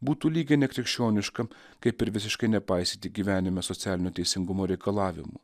būtų lygiai nekrikščioniška kaip ir visiškai nepaisyti gyvenime socialinio teisingumo reikalavimų